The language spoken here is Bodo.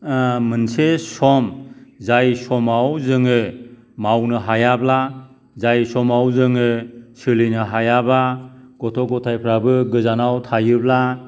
मोनसे सम जाय समाव जोङो मावनो हायाब्ला जाय समाव जोङो सोलिनो हायाबा गथ' गथायफ्राबो गोजानाव थायोब्ला